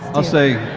i'll say,